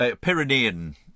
Pyrenean